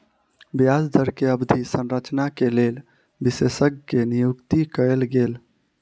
ब्याज दर के अवधि संरचना के लेल विशेषज्ञ के नियुक्ति कयल गेल